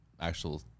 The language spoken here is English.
actual